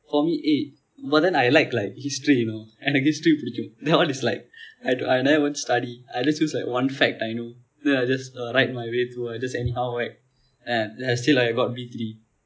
for me eh but than I like like history you know எனக்கு:enakku history பிடிக்கும்:pidikkum then all is like I I never even study I just use like one fact I know then I just uh write my way through I just anyhow whack ya then still I got B three